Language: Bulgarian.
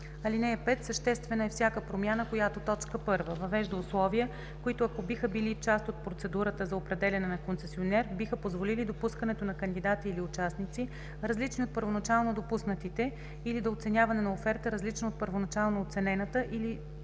(5) Съществена е всяка промяна, която: 1. въвежда условия, които, ако са били част от процедурата за определяне на концесионер, биха позволили допускането на кандидати или участници, различни от първоначално допуснатите, или до оценяването на оферта, различна от първоначално оценената, или